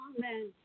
Amen